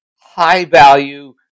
high-value